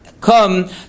come